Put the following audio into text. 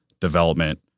development